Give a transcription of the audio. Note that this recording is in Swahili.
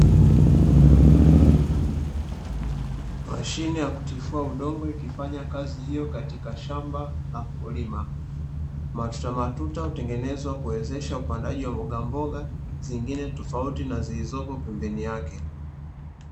Mashine ya kutifua udongo ikifanya kazi hiyo katika shamba la mkulima, matutamatuta hutengenezwa kuwezesha upandaji wa mbogamboga zingine tofauti na zilizopo pembeni yake.